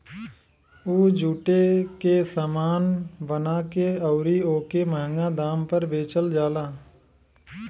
उ जुटे के सामान बना के अउरी ओके मंहगा दाम पर बेचल जाला